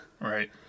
Right